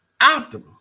optimal